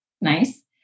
nice